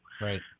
Right